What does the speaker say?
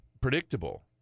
predictable